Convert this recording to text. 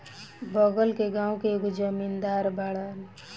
बगल के गाँव के एगो जमींदार बाड़न